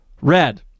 Red